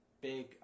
big